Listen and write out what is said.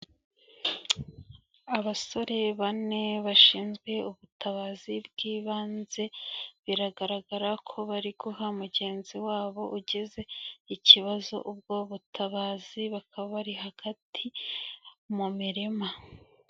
Abasore bane bashinzwe ubutabazi bw'ibanze biragaragara ko bari guha mugenzi wabo ugize ikibazo ubwo butabazi bakaba bari hagati mu mirima.